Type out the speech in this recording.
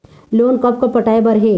Loan कब कब पटाए बर हे?